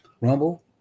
Rumble